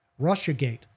Russiagate